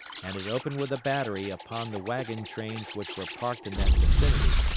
and had opened with a battery upon the wagon trains which were parked in that vicinity,